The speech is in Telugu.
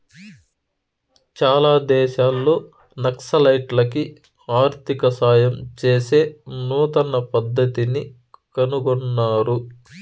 చాలా దేశాల్లో నక్సలైట్లకి ఆర్థిక సాయం చేసే నూతన పద్దతిని కనుగొన్నారు